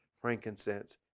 frankincense